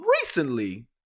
recently